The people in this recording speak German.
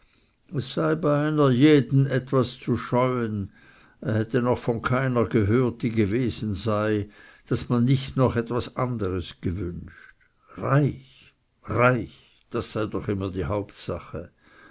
jeden etwas zu scheuen er hätte noch von keiner gehört die gewesen sei daß man nicht noch etwas anderes gewünscht reich reich das sei doch immer die hauptsache